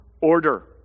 order